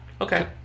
Okay